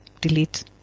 delete